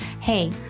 Hey